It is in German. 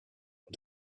und